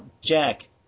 Jack